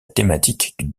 thématique